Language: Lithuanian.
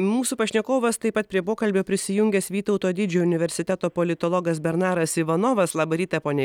mūsų pašnekovas taip pat prie pokalbio prisijungęs vytauto didžiojo universiteto politologas bernaras ivanovas labą rytą pone